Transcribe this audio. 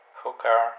hooker